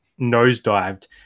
nosedived